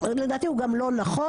לדעתי הוא גם לא נכון,